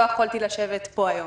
לא יכולתי לשבת פה היום,